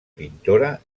pintora